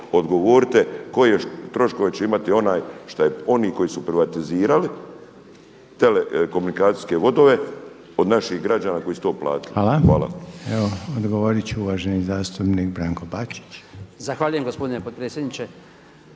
odgovorite koje troškove će imati oni koji su privatizirali telekomunikacijske vodove od naših građana koji su to platili. Hvala. **Reiner, Željko (HDZ)** Evo odgovorit će uvaženi zastupnik Branko Bačić. **Bačić, Branko (HDZ)** Zahvaljujem gospodine potpredsjedniče.